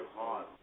hard